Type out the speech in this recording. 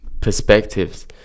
perspectives